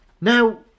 Now